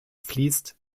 fließt